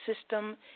system